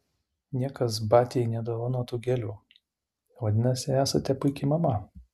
niekas batiai nedovanotų gėlių vadinasi esate puiki mama